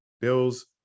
Bills